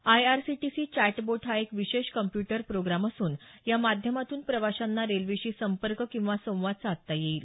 IRCTC chatbot हा एक विशेष कॉम्प्यूटर प्रोग्राम असून या माध्यमातून प्रवाशांना रेल्वेशी संपर्क किंवा संवाद साधता येईल